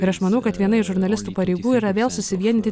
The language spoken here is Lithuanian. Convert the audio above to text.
ir aš manau kad viena iš žurnalistų pareigų yra vėl susivienyti